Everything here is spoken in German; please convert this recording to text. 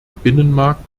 binnenmarkt